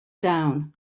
down